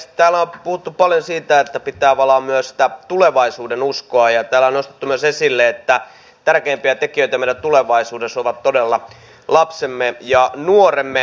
täällä on puhuttu paljon siitä että pitää valaa myös sitä tulevaisuudenuskoa ja täällä on nostettu myös esille että tärkeimpiä tekijöitä meidän tulevaisuudessa ovat todella lapsemme ja nuoremme